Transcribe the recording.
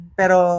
pero